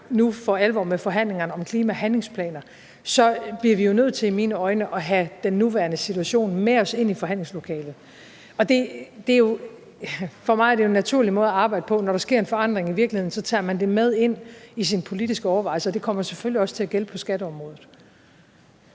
nu for alvor med forhandlingerne om klimahandlingsplaner, bliver vi jo i mine øjne nødt til at have den nuværende situation med os ind i forhandlingslokalet. For mig er det en naturlig måde at arbejde på, for når der sker en forandring af virkeligheden, tager man det med ind i sine politiske overvejelser, og det kommer selvfølgelig også til at gælde på skatteområdet.